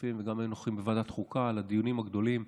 שותפים וגם היו נוכחים בוועדת חוקה בדיונים הגדולים: